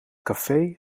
café